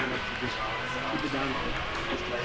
have to just keep it down to um just ah